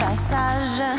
Passage